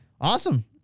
Awesome